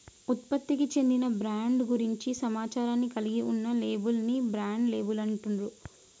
ఉత్పత్తికి చెందిన బ్రాండ్ గురించి సమాచారాన్ని కలిగి ఉన్న లేబుల్ ని బ్రాండ్ లేబుల్ అంటుండ్రు